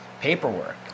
paperwork